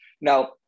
Now